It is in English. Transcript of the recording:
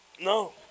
No